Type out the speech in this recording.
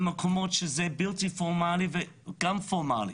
במקומות בלתי-פורמאליים וגם פורמאליים.